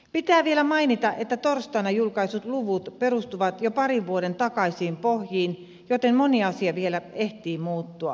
pitää vielä mainita että torstaina julkaistut luvut perustuvat jo parin vuoden takaisiin pohjiin joten moni asia vielä ehtii muuttua